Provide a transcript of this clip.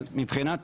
אבל מבחינת